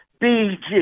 BG